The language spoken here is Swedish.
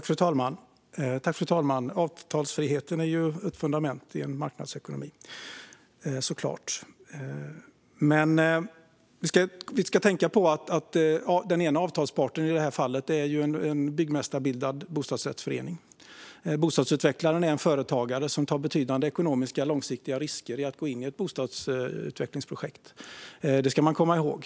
Fru talman! Avtalsfriheten är såklart ett fundament i en marknadsekonomi. Men vi ska tänka på att den ena avtalsparten i det här fallet är en byggmästarbildad bostadsrättsförening. Bostadsutvecklaren är en företagare som tar betydande ekonomiska långsiktiga risker genom att gå in i ett bostadsutvecklingsprojekt. Det ska man komma ihåg.